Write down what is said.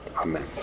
Amen